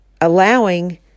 allowing